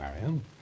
Marion